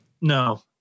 No